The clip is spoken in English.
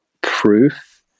proof